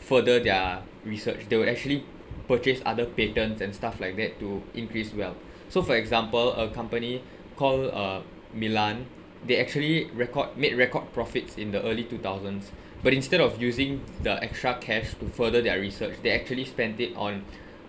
further their research they will actually purchase other patents and stuff like that to increase wealth so for example a company called uh mylan they actually record made record profits in the early two thousands but instead of using the extra cash to further their research they actually spent it on